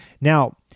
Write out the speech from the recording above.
Now